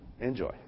Enjoy